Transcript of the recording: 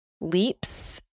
leaps